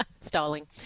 Stalling